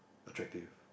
attractive